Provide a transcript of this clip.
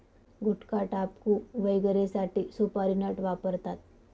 गुटखाटाबकू वगैरेसाठी सुपारी नट वापरतात